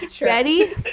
ready